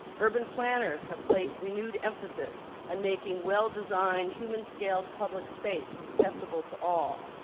urban planners have placed renewed emphasis on making well-designed human-scaled public space accessible to all.